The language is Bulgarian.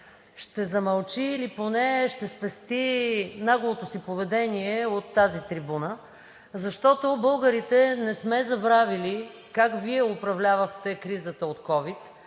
ще замълчи или поне ще спести наглото си поведение от тази трибуна, защото българите не сме забравили как Вие управлявахте кризата от ковид,